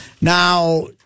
Now